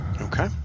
okay